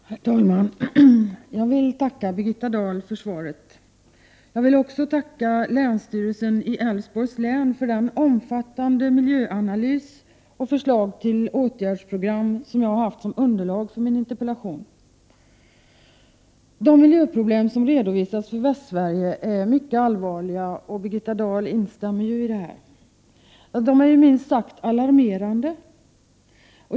Herr talman! Jag vill tacka Birgitta Dahl för svaret. Jag vill också tacka länsstyrelsen i Älvsborgs län för dess omfattande 29 miljöanalys och förslag till åtgärdsprogram, som jag haft som underlag för min interpellation. De miljöproblem som redovisats för Västsverige är mycket allvarliga — det instämmer ju Birgitta Dahli. De är minst sagt alarmerande.